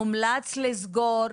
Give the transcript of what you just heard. הומלץ לסגור,